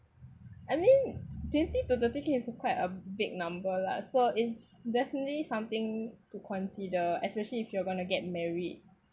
I mean twenty to thirty K is a quite a big number lah so it's definitely something to consider especially if you're going to get married